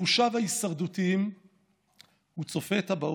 בחושיו ההישרדותיים הוא צופה את הבאות,